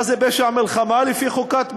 מה זה פשע מלחמה לפי חוקת בית-הדין?